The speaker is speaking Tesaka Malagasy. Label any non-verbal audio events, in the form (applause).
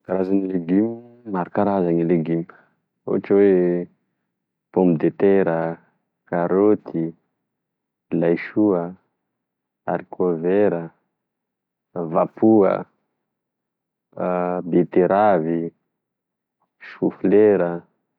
Karazana legiomy maro karaza gne legiomy ohatry oe pomme de terre, karoty, laisoa, arikovera, vapoa, (hesitation) beteravy, soflera.